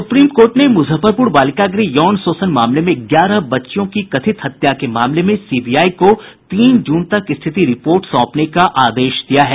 supreme Court ने मुजफ्फरपुर बालिका गृह यौन शोषण मामले में ग्यारह बच्चियों की कथित हत्या के मामले में सीबीआई को तीन जून तक स्थिति रिपोर्ट सौंपने का आदेश दिया है